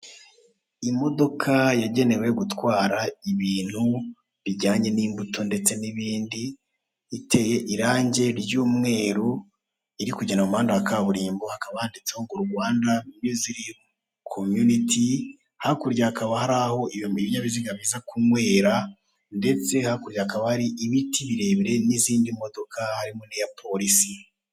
Imodoka yagenewe gutwara ibintu bijyanye n'imbuto ndetse n'ibindi, iteye irangi ry'umweru, iri kugenda mu muhanda wa kaburimbo, hakaba handitseho ngo Rwanda Myuzirimu Komyuniti. Hakurya hakaba hari aho ibinyabiziga biza kunywera, ndetse hakurya hakaba hari ibiti birebire n'izindi modoka, harimo n'iya polisi.